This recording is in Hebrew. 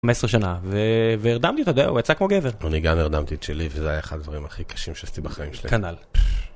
15 שנה והרדמתי אותה והוא יצא כמו גבר. אני גם הרדמתי את שלי וזה היה אחד הדברים הכי קשים שעשיתי בחיים שלי. כנל.